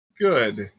Good